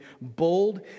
bold